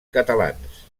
catalans